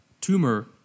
tumor